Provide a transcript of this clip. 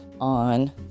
on